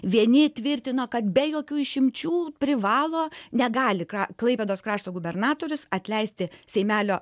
vieni tvirtino kad be jokių išimčių privalo negali ką klaipėdos krašto gubernatorius atleisti seimelio